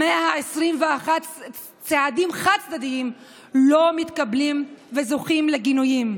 במאה ה-21 צעדים חד-צדדיים לא מתקבלים וזוכים לגינויים.